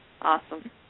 Awesome